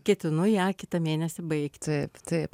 ketinu ją kitą mėnesį baigti taip taip